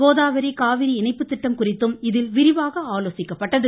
கோதாவரி காவிரி இணைப்பு திட்டம் குறித்தும் இதில் விரிவாக ஆலோசிக்கப்பட்டது